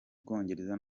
bwongereza